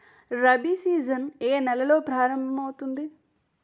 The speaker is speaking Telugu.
రబి సీజన్ ఏ నెలలో ప్రారంభమౌతుంది?